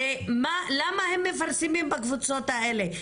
הרי למה הם מפרסמים בקבוצות האלה?